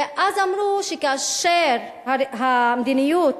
ואז אמרו שכאשר המדיניות